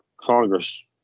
Congress